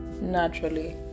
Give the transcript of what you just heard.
naturally